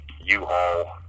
U-Haul